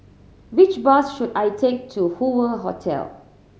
which bus should I take to Hoover Hotel